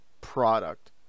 product